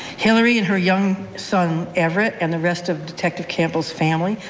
hilary and her young son everett, and the rest of detective campbell's family,